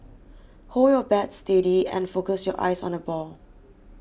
hold your bat steady and focus your eyes on the ball